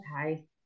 Okay